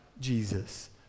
Jesus